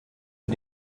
für